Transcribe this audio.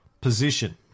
position